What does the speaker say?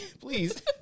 please